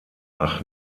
ach